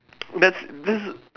that's this